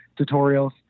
tutorials